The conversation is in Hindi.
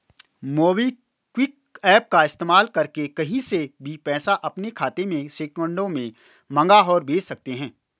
मोबिक्विक एप्प का इस्तेमाल करके कहीं से भी पैसा अपने खाते में सेकंडों में मंगा और भेज सकते हैं